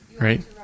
Right